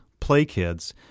PlayKids